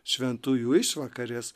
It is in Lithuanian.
šventųjų išvakarės